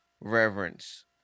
reverence